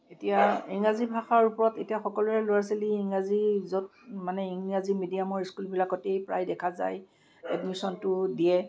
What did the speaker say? এতিয়া ইংৰাজী ভাষাৰ ওপৰত এতিয়া সকলোৰে লৰা ছোৱালী ইংৰাজী য'ত মানে ইংৰাজী মিডিয়ামৰ স্কুলবিলাকতেই প্ৰায় দেখা যায় এডমিচনটো দিয়ে